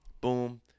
boom